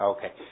Okay